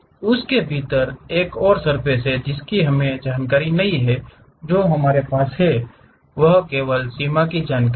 उसके भीतर एक सर्फ़ेस जिसकी हमें कोई जानकारी नहीं है जो हमारे पास है वह केवल सीमा की जानकारी है